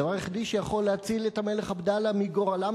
הדבר היחידי שיכול להציל את המלך עבדאללה מגורלם